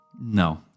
No